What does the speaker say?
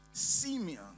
Simeon